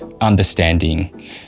understanding